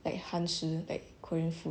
like 韩食 like korean food